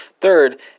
Third